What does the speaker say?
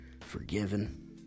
forgiven